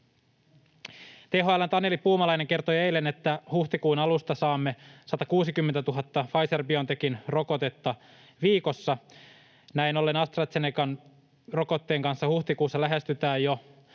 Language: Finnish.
THL:n Taneli Puumalainen kertoi eilen, että huhtikuun alusta saamme 160 000 Pfizer-Biontech-rokotetta viikossa. Näin ollen AstraZenecan rokotteen kanssa huhtikuussa lähestytään jo